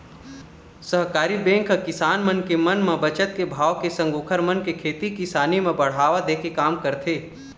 सहकारी बेंक ह किसान मन के मन म बचत के भाव के संग ओखर मन के खेती किसानी म बढ़ावा दे के काम करथे